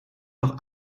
doch